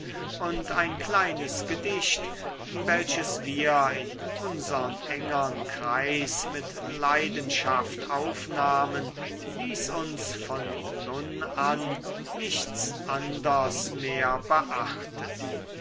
und ein kleines gedicht welches wir in unsern engern kreis mit leidenschaft aufnahmen ließ uns von nun an nichts anders mehr beachten